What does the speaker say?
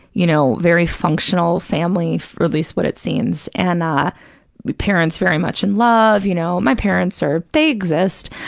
you know, very functional family, or at least what it seems, and ah parents very much in love. you know, my parents are, they exist